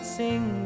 sing